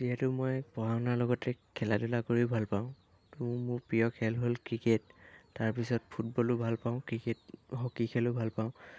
যিহেতু মই পঢ়া শুনাৰ লগতে খেলা ধূলা কৰিও ভাল পাওঁ তো মোৰ প্ৰিয় খেল হ'ল ক্ৰিকেট তাৰপিছত ফুটবলো ভাল পাওঁ ক্ৰিকেট হকী খেলো ভাল পাওঁ